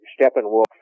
Steppenwolf